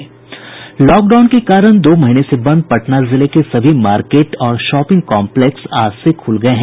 lockdown के कारण दो महीने से बंद पटना जिले के सभी मार्केट और शॉपिंग कॉम्प्लेक्स आज से खुल गये हैं